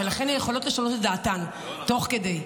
ולכן הן יכולות לשנות את דעתן תוך כדי.